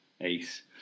Ace